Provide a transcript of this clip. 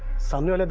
sameer